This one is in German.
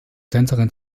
tänzerin